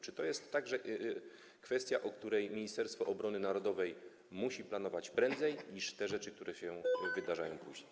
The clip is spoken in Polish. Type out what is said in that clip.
Czy to jest także kwestia, którą Ministerstwo Obrony Narodowej musi planować prędzej niż te rzeczy, które się wydarzą później?